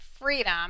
freedom